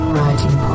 Writing